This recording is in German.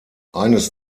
eines